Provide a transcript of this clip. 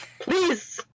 Please